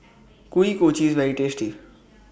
Kuih Kochi IS very tasty